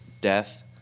death